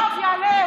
יואב יעלה,